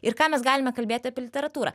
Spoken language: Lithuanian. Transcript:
ir ką mes galime kalbėti apie literatūrą